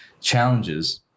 challenges